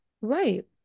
Right